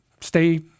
stay